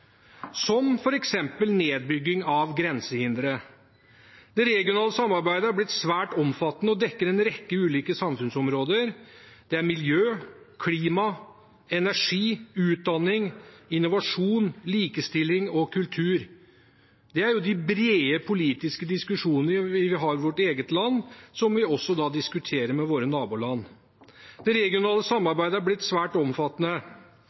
som f.eks. nedbygging av grensehindre. Det regionale samarbeidet er blitt svært omfattende og dekker en rekke ulike samfunnsområder. Det er miljø, klima, energi, utdanning, innovasjon, likestilling og kultur. Det er de brede politiske diskusjonene vi har i vårt eget land som vi også diskuterer med våre naboland. Det regionale samarbeidet er blitt svært omfattende.